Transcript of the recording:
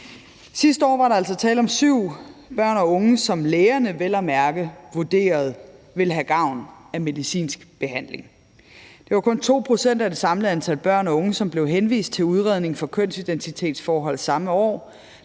Sidste år var der altså tale om syv børn og unge, som lægerne vel at mærke vurderede ville have gavn af medicinsk behandling. Det var kun 2 pct. af det samlede antal børn og unge, som blev henvist til udredning for kønsidentitetsforhold samme år.